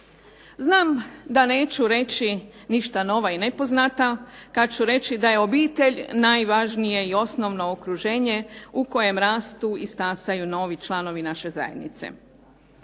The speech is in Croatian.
Znam da neću reći ništa nova i nepoznata kad ću reći da je obitelj najvažnije i osnovno okruženje u kojem rastu i stasaju novi članovi naše zajednice.